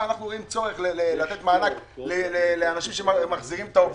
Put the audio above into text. רואים צורך לתת מענק לאנשים שמחזירים את העובדים,